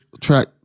track